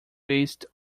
based